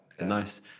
nice